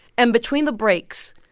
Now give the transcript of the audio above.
and between the breaks,